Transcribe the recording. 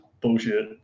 bullshit